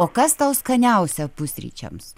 o kas tau skaniausia pusryčiams